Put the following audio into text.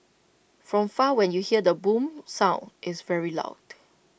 from far when you hear the boom sound it's very loud